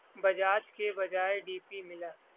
بجاج کے بجائے D P ملا